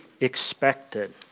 expected